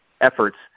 efforts